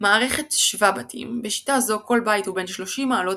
מערכת שווה-בתים - בשיטה זאת כל בית הוא בן 30 מעלות